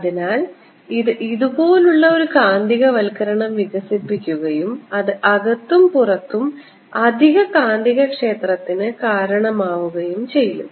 അതിനാൽ ഇത് ഇതുപോലുള്ള ഒരു കാന്തികവൽക്കരണം വികസിപ്പിക്കുകയും അത് അകത്തും പുറത്തും അധിക കാന്തികക്ഷേത്രത്തിന് കാരണമാവുകയും ചെയ്യും